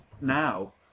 now